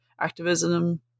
activism